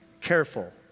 careful